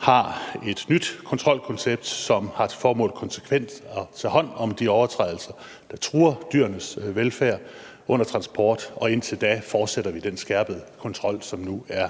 har et nyt kontrolkoncept, som har til formål konsekvent at tage hånd om de overtrædelser, der truer dyrenes velfærd under transport, og indtil da fortsætter vi den skærpede kontrol, som nu er